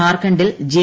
ജാർഖണ്ഡിൽ ജെ